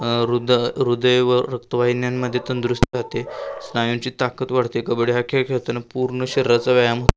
हृद हृदय व रक्तवाहिन्यांमध्ये तंदुरुस्त राहते स्नायूंची ताकत वाढते कबड्डी हा खेळ खेळताना पूर्ण शरीराचा व्यायाम होतो